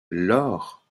lors